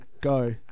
go